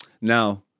Now